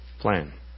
plan